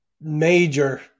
major